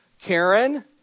Karen